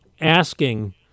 asking